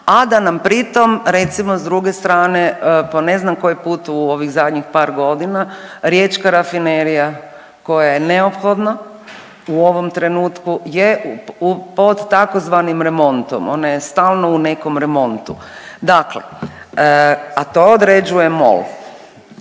a da nam pritom recimo s druge strane po ne znam koji put u ovih zadnjih par godina Riječka rafinerija koja je neophodna u ovom trenutku je pod tzv. remontom. Ona je stalno u nekom remontu, dakle a to određuje MOL